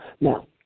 Now